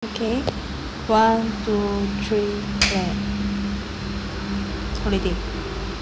okay one two three clap holiday